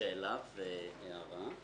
שאלה והערה.